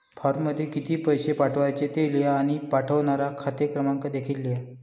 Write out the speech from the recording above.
फॉर्ममध्ये किती पैसे पाठवायचे ते लिहा आणि पाठवणारा खाते क्रमांक देखील लिहा